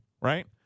right